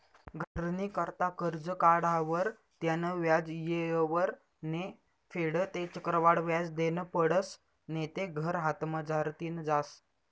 घरनी करता करजं काढावर त्यानं व्याज येयवर नै फेडं ते चक्रवाढ व्याज देनं पडसं नैते घर हातमझारतीन जास